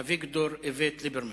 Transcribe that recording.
אביגדור איווט ליברמן.